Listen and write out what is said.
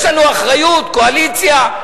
יש לנו אחריות, קואליציה.